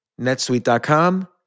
netsuite.com